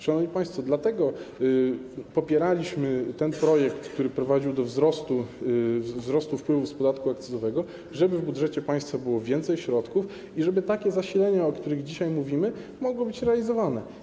Szanowni państwo, dlatego popieraliśmy projekt, który prowadził do wzrostu wpływów z podatku akcyzowego, żeby w budżecie państwa było więcej środków i żeby takie zasilenia, o których dzisiaj mówimy, mogły być realizowane.